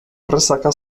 presaka